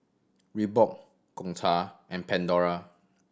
Reebok Gongcha and Pandora